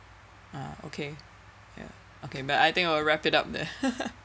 ah okay yeah okay but I think I will wrap it up there